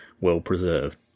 well-preserved